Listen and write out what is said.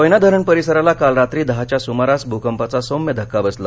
कोयना धरण परिसरालाकाल रात्री दहाच्या सुमारास भूकंपाचा सौम्य धक्का बसला